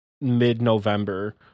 mid-november